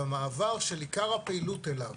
והמעבר של עיקר הפעילות אליו,